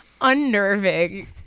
unnerving